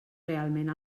realment